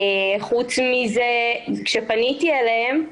כשפניתי אליהם,